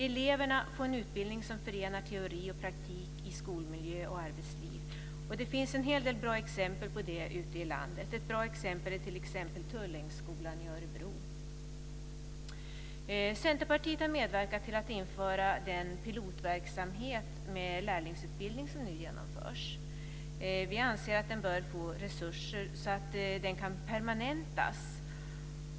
Eleverna får en utbildning som förenar teori och praktik i skolmiljö och arbetsliv. Det finns en del bra exempel på detta ute i landet. Ett bra exempel är Centerpartiet har medverkat till att införa den pilotverksamhet med lärlingsutbildning som nu genomförs. Vi anser att den bör få resurser så att den kan permanentas.